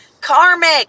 karmic